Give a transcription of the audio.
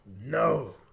no